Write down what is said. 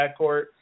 backcourt